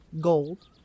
Gold